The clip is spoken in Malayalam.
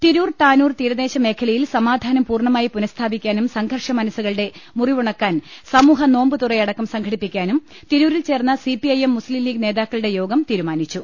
തിരൂർ താനൂർ തീരദേശ മേഖലയിൽ സമാധാനം പൂർണമായി പുനഃസ്ഥാപിക്കാനും സംഘർഷ മനസ്സുകളുടെ മുറിവുണക്കാൻ സമൂഹ ്നോമ്പ് തുറയടക്കം സംഘടിപ്പിക്കാനും തിരൂരിൽ ചേർന്ന സിപിഐഎം ലീഗ് നേതാക്കളുടെ യോഗം തീരുമാനിച്ചു